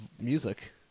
music